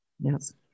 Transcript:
Yes